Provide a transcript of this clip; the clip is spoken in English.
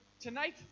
tonight